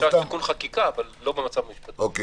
אפשר עם תיקון חקיקה, אבל לא במצב המשפטי הנוכחי.